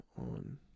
on